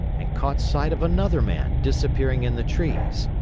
and caught sight of another man disappearing in the trees.